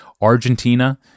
Argentina